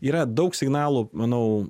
yra daug signalų manau